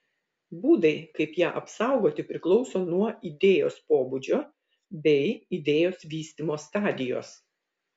būdai kaip ją apsaugoti priklauso nuo idėjos pobūdžio bei idėjos vystymo stadijos